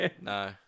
no